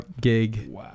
gig